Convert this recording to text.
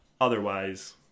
Otherwise